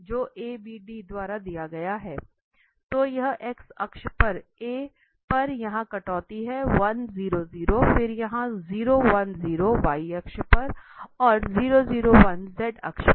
तो यह x अक्ष पर A पर यहां कटौती है 100 फिर यहाँ 010 y अक्ष पर और 001 z अक्ष पर